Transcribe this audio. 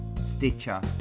Stitcher